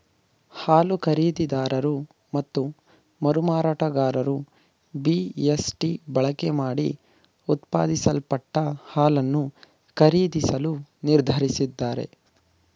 ಹಾಲು ಖರೀದಿದಾರರು ಮತ್ತು ಮರುಮಾರಾಟಗಾರರು ಬಿ.ಎಸ್.ಟಿ ಬಳಕೆಮಾಡಿ ಉತ್ಪಾದಿಸಲ್ಪಟ್ಟ ಹಾಲನ್ನು ಖರೀದಿಸದಿರಲು ನಿರ್ಧರಿಸಿದ್ದಾರೆ